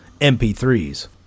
MP3s